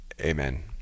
Amen